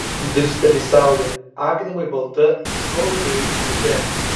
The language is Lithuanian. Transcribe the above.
dirsteli į saulę akinamai balta ji stovi beveik zenite